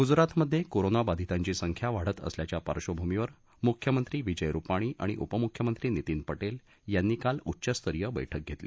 गुजरातमध्ये कोरोना बाधितांची संख्या वाढत असल्याच्या पार्श्वभूमीवर मुख्यमंत्री विजय रुपाणी आणि उपमुख्यमंत्री नितिन पटेल यांनी काल उच्चस्तरीय बक्रि घेतली